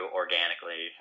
organically